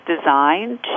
designed